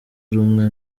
rumwe